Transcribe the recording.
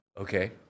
Okay